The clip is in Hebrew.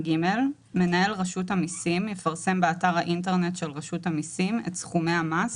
(ג)מנהל רשות המיסים יפרסם באתר האינטרנט של רשות המיסים את סכומי המס